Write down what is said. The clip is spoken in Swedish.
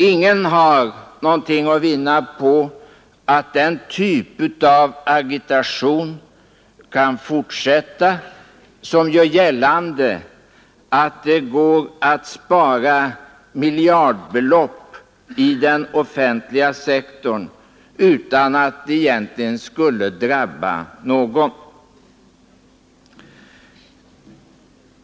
Ingen har något att vinna på att den typ av agitation kan fortsätta som gör gällande att det går att spara miljardbelopp i den offentliga sektorn utan att det egentligen skulle drabba någon.